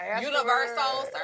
Universal